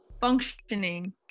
functioning